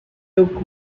took